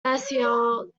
marseille